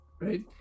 right